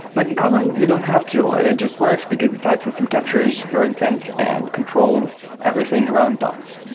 but in kotlin, you don't have to. it just works, because the type system captures your intent and controls everything around dots.